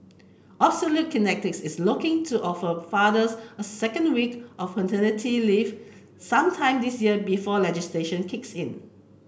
Absolute Kinetics is looking to offer fathers a second week of paternity leave sometime this year before legislation kicks in